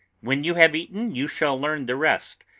when you have eaten you shall learn the rest,